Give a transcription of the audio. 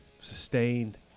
sustained